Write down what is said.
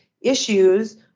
issues